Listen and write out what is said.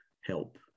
help